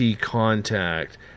contact